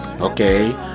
okay